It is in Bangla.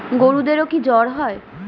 গরুদেরও কি জ্বর হয়?